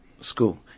school